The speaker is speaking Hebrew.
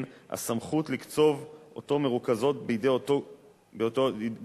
הסמכות לקצוב אותו מרוכזות בידי אותו גורם,